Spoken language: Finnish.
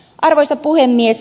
arvoisa puhemies